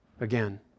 again